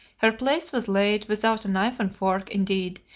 her place was laid, without a knife and fork, indeed,